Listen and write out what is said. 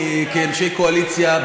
כאנשי קואליציה,